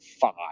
five